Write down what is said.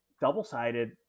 double-sided